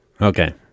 Okay